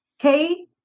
Okay